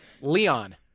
Leon